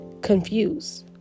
confused